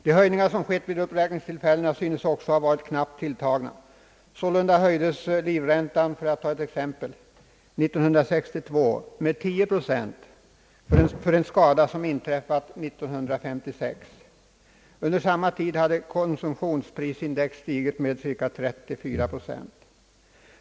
De höjningar som skett vid uppräkningstillfällena synes också ha varit knappt tilltagna. Sålunda höjdes livräntan — för att ta ett exempel — 1962 med 10 procent för en skada som inträffat 1956. Under samma tid hade emellertid konsumtionsprisindex stigit med cirka 34 procent.